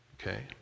Okay